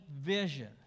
vision